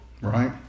right